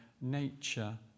nature